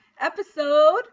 episode